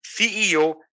CEO